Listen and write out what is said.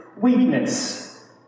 weakness